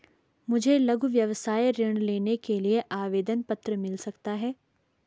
मुझे लघु व्यवसाय ऋण लेने के लिए आवेदन पत्र मिल सकता है?